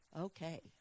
okay